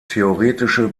theoretische